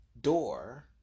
door